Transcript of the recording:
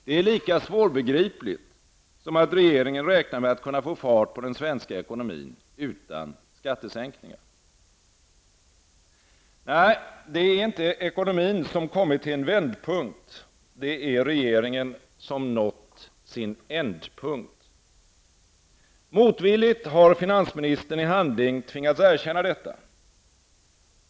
Det är lika svårbegripligt som att regeringen räknar med att kunna få fart på den svenska ekonomin utan skattesänkningar. Det är inte ekonomin som kommit till en vändpunkt -- det är regeringen som nått sin ändpunkt. Motvilligt har finansministern i handling tvingats erkänna detta.